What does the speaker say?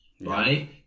Right